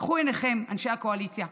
פקחו עיניכם, אנשי הקואליציה.